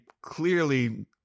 clearly